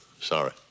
Sorry